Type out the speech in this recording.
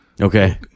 Okay